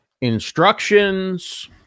instructions